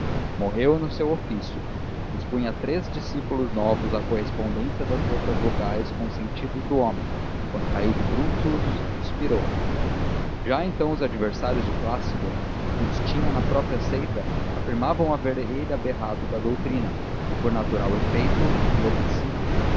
morreu no seu ofício expunha a três discípulos novos a correspondência das letras vogais com os sentidos do homem quando caiu de bruços e expirou já então os adversários de plácido que os tinha na própria seita afirmavam haver ele aberrado da doutrina e por natural efeito enlouquecido